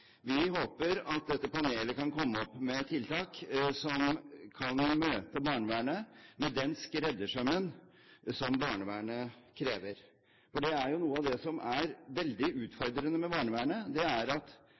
Vi håper at dette panelet kan komme opp med tiltak som kan møte barnevernet med den skreddersømmen som barnevernet krever. For noe av det som er veldig utfordrende med barnevernet, er at